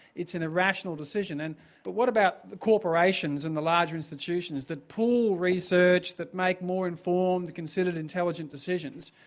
it's an irrational decision and but what about corporations and the larger institutions that pull research that make more informed, considered, intelligent decisions,